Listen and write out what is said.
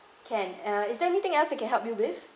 can uh is there anything else I can help you with